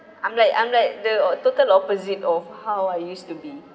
I'm like I'm like the o~ total opposite of how I used to be